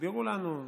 הסבירו לנו,